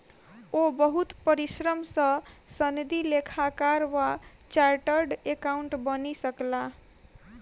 ओ बहुत परिश्रम सॅ सनदी लेखाकार वा चार्टर्ड अकाउंटेंट बनि सकला